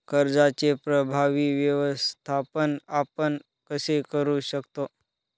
कर्जाचे प्रभावी व्यवस्थापन आपण कसे करु शकतो?